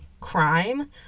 crime